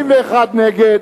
61 נגד,